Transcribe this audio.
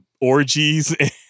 orgies